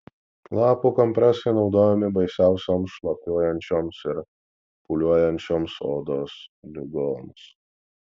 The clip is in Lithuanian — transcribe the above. lapų kompresai naudojami baisiausioms šlapiuojančios ir pūliuojančioms odos ligoms